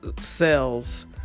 cells